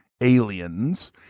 aliens